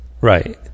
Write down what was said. Right